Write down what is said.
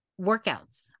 Workouts